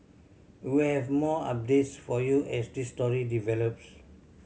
we have more updates for you as this story develops